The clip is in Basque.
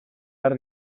har